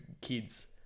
kids